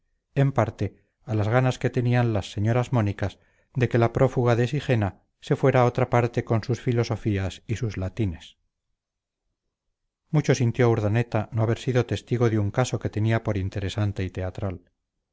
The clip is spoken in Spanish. en parte a las ganas que tenían las señoras mónicas de que la prófuga de sigena se fuera a otra parte con sus filosofías y sus latines mucho sintió urdaneta no haber sido testigo de un caso que tenía por interesante y teatral